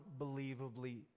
Unbelievably